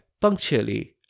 punctually